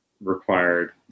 required